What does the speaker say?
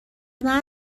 خواهش